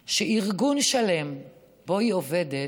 שארגון שלם שבו היא עובדת